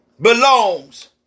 Belongs